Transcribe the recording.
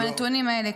עם הנתונים האלה,